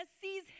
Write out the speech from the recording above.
sees